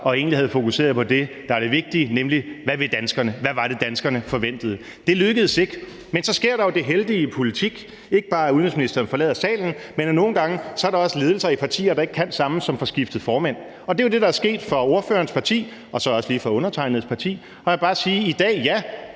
oppet sig og fokuseret på det, der egentlig er det vigtige: Hvad vil danskerne, og hvad var det, danskerne forventede? Det lykkedes ikke, men så sker der jo det heldige i politik, ikke bare at udenrigsministeren forlader salen, men at der også nogle gange er ledelser i partier, der ikke kan sammen, og hvor man får skiftet formand, og det er jo det, der er sket for ordførerens parti og så også lige for undertegnedes parti. Og jeg vil bare sige i dag: Ja,